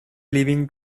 leaving